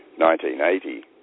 1980